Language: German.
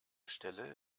stelle